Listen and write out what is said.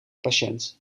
patiënt